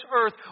earth